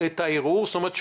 זאת אומרת,